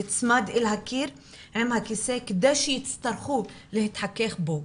נצמד אל הקיר עם הכיסא כדי שיצטרכו להתחכך בו,